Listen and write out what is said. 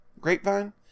Grapevine